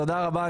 תודה רבה.